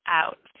out